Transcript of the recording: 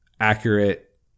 accurate